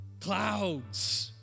Clouds